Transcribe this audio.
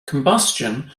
combustion